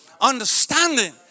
understanding